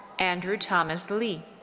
andrew thomas li.